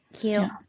Cute